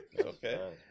Okay